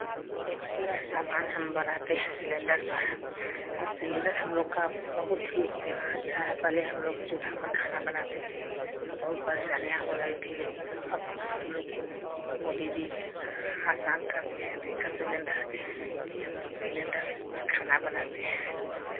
बहुत सारा सामान हम बनाते हैं सिलेण्डर पर आ सिलेण्डर हमलोग का बहुत ही अच्छा है पहले हमलोग चूल्हा पर खाना बनाते थे तो बहुत परेशानियाँ हो रही थी लेकिन अब हमलोग को बहुत मोदी जी आसान कर दिए हैं देकर सिलेण्डर कि हमलोग सिलेण्डर से पर खाना बनाते हैं